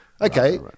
okay